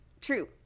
True